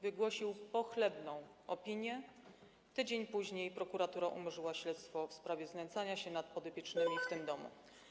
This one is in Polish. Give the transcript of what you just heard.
Wygłosił pochlebną opinię, tydzień później prokuratura umorzyła śledztwo w sprawie znęcania się nad podopiecznymi w tym domu.